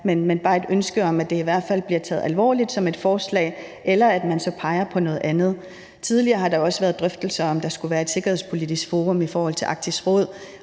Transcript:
er bare et ønske om, at det i hvert fald bliver taget alvorligt som et forslag, eller at man så peger på noget andet. Tidligere har der også været drøftelser om, om der skulle være et sikkerhedspolitisk forum i forhold til Arktisk Råd,